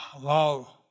love